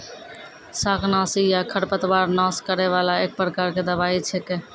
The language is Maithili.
शाकनाशी या खरपतवार नाश करै वाला एक प्रकार के दवाई छेकै